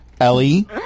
Ellie